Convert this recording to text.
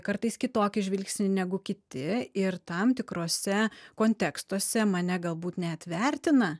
kartais kitokį žvilgsnį negu kiti ir tam tikruose kontekstuose mane galbūt net vertina